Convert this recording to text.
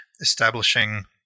establishing